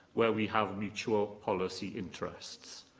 where we have mutual policy interests.